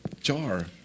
jar